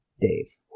Dave